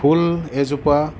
ফুল এজোপা